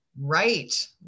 Right